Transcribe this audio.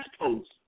post